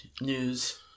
news